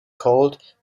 called